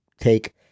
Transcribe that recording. take